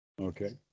Okay